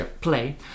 play